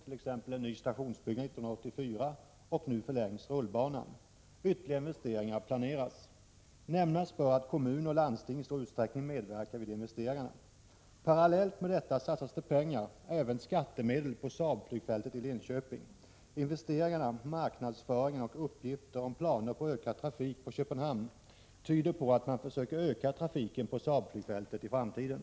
År 1984 byggdes en ny stationsbyggnad, och nu förlängs rullbanan. Ytterligare investeringar planeras. Nämnas bör att kommun och landsting i stor utsträckning medverkar vid investeringarna. Parallellt med detta satsas det pengar — även skattemedel — på Saabflygfältet i Linköping. Investeringarna, marknadsföringen och uppgifter om planer på ökad trafik på Köpenhamn tyder på att man försöker öka trafiken på Saabflygfältet i framtiden.